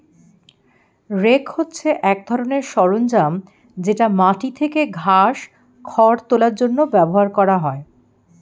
rake হচ্ছে এক ধরনের সরঞ্জাম যেটা মাটি থেকে ঘাস, খড় তোলার জন্য ব্যবহার করা হয়